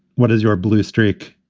what is your blue streak?